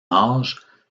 âge